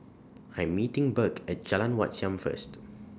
I Am meeting Burk At Jalan Wat Siam First